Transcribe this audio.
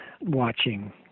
watching